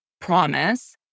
promise